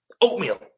oatmeal